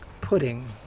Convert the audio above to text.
pudding